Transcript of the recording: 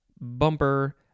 bumper